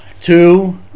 Two